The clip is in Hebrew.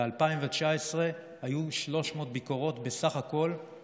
ב-2019 היו בסך הכול 300 ביקורות במעונות.